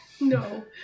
No